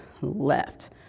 left